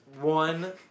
one